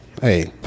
Hey